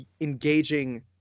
engaging